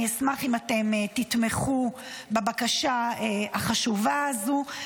אני אשמח אם אתם תתמכו בבקשה החשובה הזו,